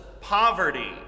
poverty